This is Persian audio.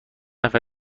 نفر